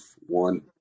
one